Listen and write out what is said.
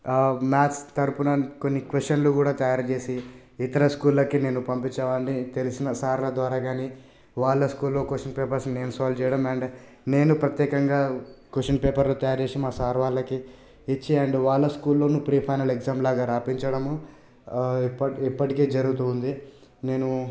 maths తరఫున కొన్ని క్వశ్చన్లు కూడా తయారుచేసి ఇతర స్కూల్లకి నేను పంపించేవాడిని తెలిసిన సార్లు ద్వారా కాని వాళ్ళ స్కూల్లో క్వశ్చన్ పేపర్స్ నేను సాల్వ్ చేయడం అండ్ నేను ప్రత్యేకంగా క్వశ్చన్ పేపర్లు తయారుచేసి మా సార్ వాళ్ళకి ఇచ్చి అండ్ వాళ్ళ స్కూల్లోనూ ప్రీ ఫైనల్ ఎగ్జామ్లాగా రాయించడము ఇప్ప ఇప్పటికి జరుగుతుంది నేను